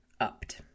upped